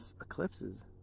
eclipses